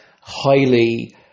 highly